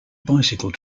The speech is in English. bicycle